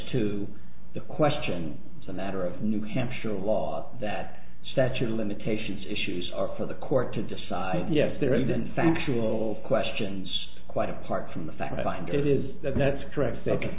to the question it's a matter of new hampshire law that statute of limitations issues are for the court to decide yes there isn't factual questions quite apart from the fact i find it is that that's correct second